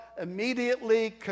immediately